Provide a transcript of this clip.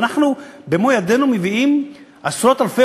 ואנחנו במו-ידינו מביאים עשרות-אלפי